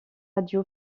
radio